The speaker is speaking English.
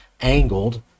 angled